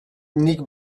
nik